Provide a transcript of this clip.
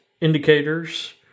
indicators